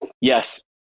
yes